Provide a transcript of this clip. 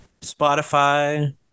Spotify